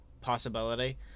possibility